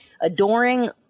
adoring